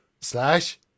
Slash